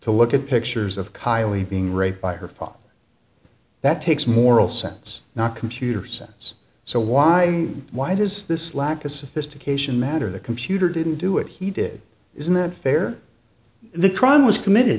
to look at pictures of kylie being raped by her fall that takes moral sense not computer science so why why does this lack of sophistication matter the computer didn't do it he did isn't it fair the crime was committed